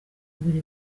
kubira